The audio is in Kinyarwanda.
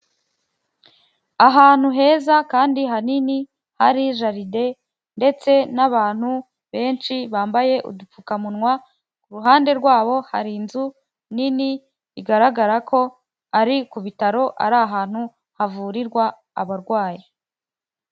Ahantu heza kandi hanini hari jaride ndetse n'abantu benshi bambaye udupfukamunwa, ku ruhande rwabo hari inzu nini, bigaragara ko ari ku bitaro, ari ahantu havurirwa abarwayi.